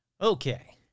Okay